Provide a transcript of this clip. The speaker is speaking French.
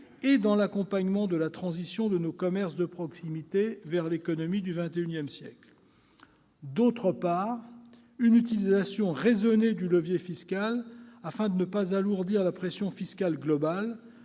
et dans l'accompagnement de la transition de nos commerces de proximité vers l'économie du XXI siècle. D'autre part, nous avons privilégié une utilisation raisonnée du levier fiscal, afin de ne pas alourdir la pression fiscale globale,